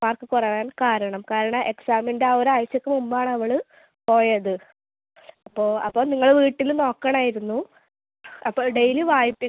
mark കുറയാൻ കാരണം കാരണം എക്സാമിൻ്റെ ആ ഒരാഴ്ചക്ക് മുമ്പ് ആണ് അവൾ പോയത് അപ്പോൾ അപ്പോൾ നിങ്ങൾ വീട്ടിൽ നോക്കണമായിരുന്നു അപ്പോൾ ഡെയിലി വായിട്ട്